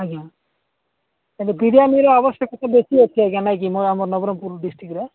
ଆଜ୍ଞା ଆଜ୍ଞା ବିରିୟାନିର ଆବଶ୍ୟକତା ବେଶି ଅଛି ଆଜ୍ଞା ନାଇଁ ମୁଁ ଆମ ନବରଙ୍ଗପୁର ଡିଷ୍ଟ୍ରିକର